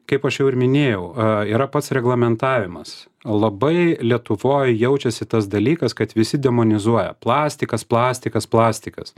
kaip aš jau ir minėjau yra pats reglamentavimas labai lietuvoj jaučiasi tas dalykas kad visi demonizuoja plastikas plastikas plastikas